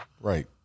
right